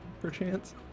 perchance